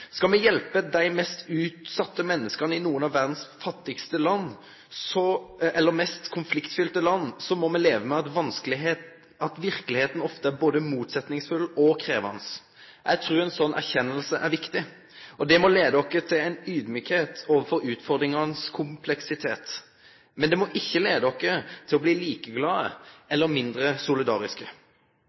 Skal me hjelpe dei mest utsette menneska i nokre av verdas fattigaste eller mest konfliktfylte land, må me leve med at verkelegheita ofte er både motsetningsfull og krevjande. Eg trur ei slik erkjenning er viktig, og det må leie oss til å vere audmjuke overfor utfordringanes kompleksitet, men det må ikkje leie oss til å bli likeglade eller mindre solidariske.